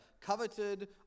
coveted